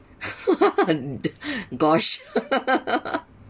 gosh